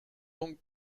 donc